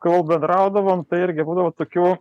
kol bendraudavom tai irgi būdavo tokių